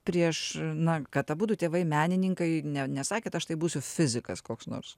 prieš na kad abudu tėvai menininkai ne nesakėt aš tai būsiu fizikas koks nors